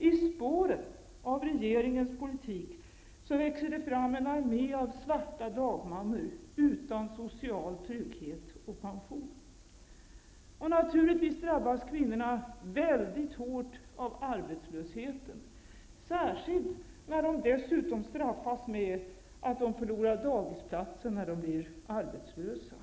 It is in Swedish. I spåret av regeringens politik växer det fram en armé av svarta dagmammor utan social trygghet och pension. Naturligtvis drabbas kvinnorna mycket hårt av arbetslösheten, särskilt när de dessutom straffas med att förlora dagisplatsen när de blir arbetslösa.